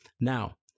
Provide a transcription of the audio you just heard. now